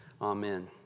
Amen